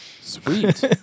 Sweet